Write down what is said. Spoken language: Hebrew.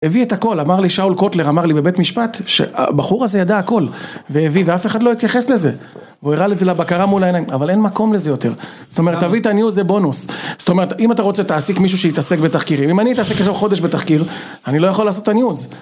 הביא את הכל, אמר לי שאול קוטלר, אמר לי בבית משפט שהבחור הזה ידע הכל והביא, ואף אחד לא התייחס לזה והוא הראה את זה לבקרה מול העיניים, אבל אין מקום לזה יותר זאת אומרת, תביא את הניוז זה בונוס זאת אומרת, אם אתה רוצה תעסיק מישהו שיתעסק בתחקירים אם אני אתעסק עכשיו חודש בתחקיר אני לא יכול לעשות את הניוז